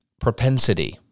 propensity